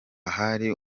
hari